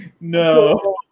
No